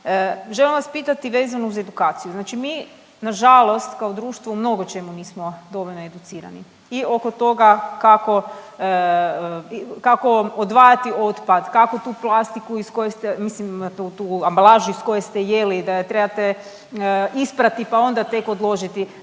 Želim vas pitati vezano uz edukaciju. Znači mi na žalost kao društvo u mnogo čemu nismo dovoljno educirani i oko toga kako odvajati otpad, kako tu plastiku iz koje ste, mislim tu ambalažu iz koje ste jeli da je trebate isprati pa onda tek odložiti.